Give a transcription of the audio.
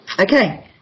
Okay